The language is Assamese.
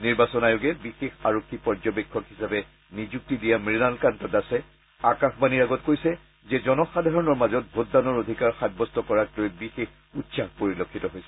নিৰ্বাচন আয়োগে বিশেষ আৰক্ষী পৰ্যৱেক্ষক হিচাপে নিযুক্তি দিয়া মৃণালকান্ত দাসে আকাশবাণীৰ আগত কৈছে যে জনসাধাৰণৰ মাজত ভোটদানৰ অধিকাৰ সাব্যস্ত কৰাক লৈ বিশেষ উৎসাহ পৰিলক্ষিত হৈছে